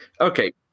okay